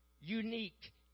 unique